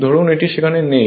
ধরুন এটি সেখানে নেই